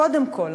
קודם כול,